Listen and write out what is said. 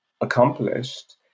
accomplished